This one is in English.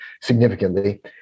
significantly